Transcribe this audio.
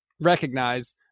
recognize